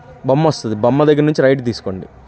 బొమ్మ వస్తుంది బొమ్మ దగ్గర నుంచి రైట్ తీసుకోండి